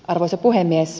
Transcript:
arvoisa puhemies